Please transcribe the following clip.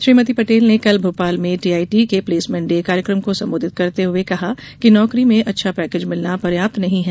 श्रीमती पटेल ने कल भोपाल में टीआईटी के प्लेसमेंट डे कार्यक्रम को सम्बोधित करते हुए कहा कि नौकरी में अच्छा पैकेज मिलना पर्याप्त नहीं है